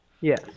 Yes